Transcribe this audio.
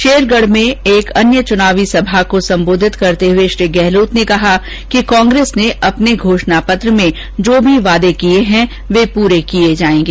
शेरगढ में एक अन्य चुनावी सभा को संबोधित करते हुए श्री गहलोत ने कहा कि कांग्रेस ने अपने घोषणा पत्र में जो भी वादे किए हैं वे पूरे किए जाएंगे